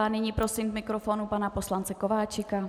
Nyní prosím k mikrofonu pana poslance Kováčika.